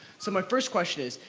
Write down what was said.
so my first question is,